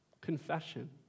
confession